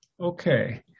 Okay